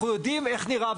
אנחנו יודעים איך נראה,